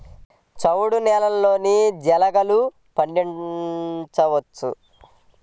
చవుడు నేలలో జీలగలు పండించవచ్చా?